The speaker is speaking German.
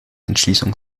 entschließung